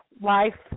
Life